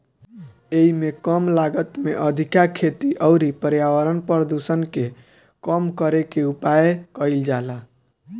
एइमे कम लागत में अधिका खेती अउरी पर्यावरण प्रदुषण के कम करे के उपाय कईल जाला